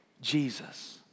Jesus